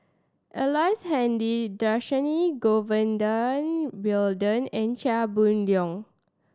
Ellice Handy Dhershini Govin Winodan and Chia Boon Leong